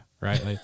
right